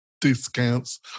discounts